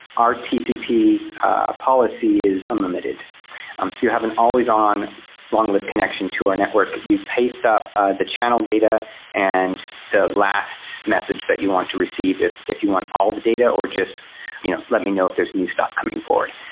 our tcp policy is unlimited. um so you have an always on long live connection to our network. you paste up the channel data and the last message that you want to receive, if if you want all the data or just you know let me know if there's new stuff coming forward.